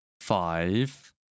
five